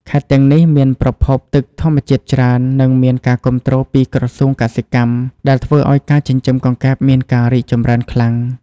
ខេត្តទាំងនេះមានប្រភពទឹកធម្មជាតិច្រើន និងមានការគាំទ្រពីក្រសួងកសិកម្ម ដែលធ្វើឲ្យការចិញ្ចឹមកង្កែបមានការរីកចម្រើនខ្លាំង។